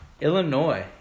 Illinois